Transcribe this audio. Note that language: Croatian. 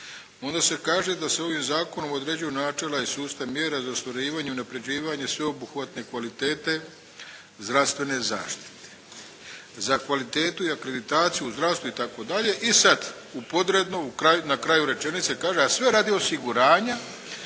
onda se kaže da se ovim Zakonom određuju načela i sustav mjera za ostvarivanje i unapređivanje sveobuhvatne kvalitete zdravstvene zaštite, za kvalitetu i akreditaciju u zdravstvu itd., i sad upodredno, na kraju rečenice kaže a sve radi osiguranja